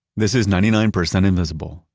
this is ninety nine percent invisible.